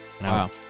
wow